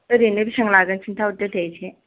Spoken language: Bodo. ओरैनो बिसिबां लागोन खिनथा हरदो दे एसे